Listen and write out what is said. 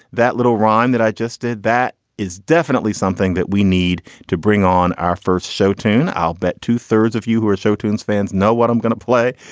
that little rhyme that i just did, that is definitely something that we need to bring on our first show tune. i'll bet two thirds of you who are show tunes fans know what i'm going to play.